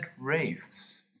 wraiths